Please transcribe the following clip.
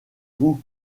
vous